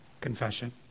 confession